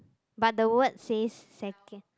but the word says second